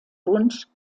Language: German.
wunsch